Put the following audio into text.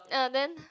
uh then